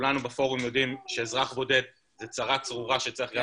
וכולנו בפורום יודעים שאזרח בודד זה צרה צרורה שצריך גם